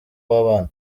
wabana